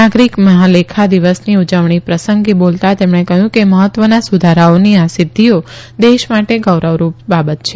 નાગરીક મહાલેખા દિવસની ઉજવણી પ્રસંગે બોલતા તેમણે કહયું કે મહત્વના સુધારાઓની આ સિઘ્ધિઓ દેશ માટે ગૌરવરૂ બાબત છે